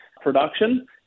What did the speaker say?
production